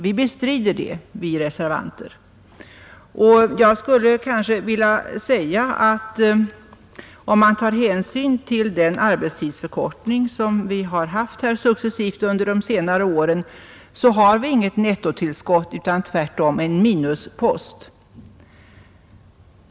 Vi reservanter bestrider detta påstående. Jag skulle vilja säga att om man tar hänsyn till den arbetstidsförkortning som vi har genomfört successivt under de senare åren har vi inget nettotillskott utan tvärtom en minuspost.